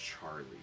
Charlie